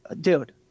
dude